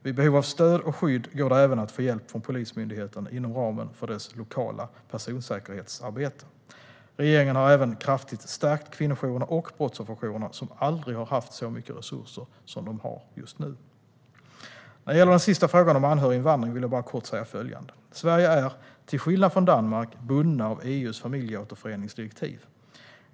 Vid behov av stöd och skydd går det även att få hjälp från Polismyndigheten inom ramen för dess lokala personsäkerhetsarbete. Regeringen har även kraftigt stärkt kvinnojourerna och brottsofferjourerna, som aldrig har haft så mycket resurser som de har just nu. När det gäller den sista frågan om anhöriginvandring vill jag bara kort säga följande. Sverige är, till skillnad från Danmark, bundet av EU:s familjeåterföreningsdirektiv.